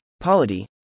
Polity